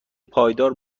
پایدار